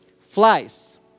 Flies